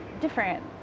different